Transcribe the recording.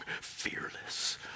fearless